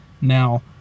now